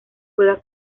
juega